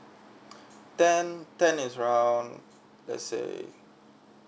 ten ten is around let say